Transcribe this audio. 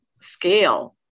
scale